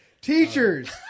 teachers